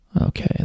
okay